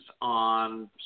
on